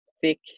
thick